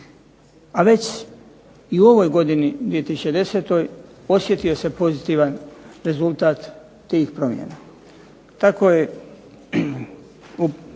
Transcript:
A već i u ovoj godini 2010. osjetio se pozitivan rezultat tih promjena.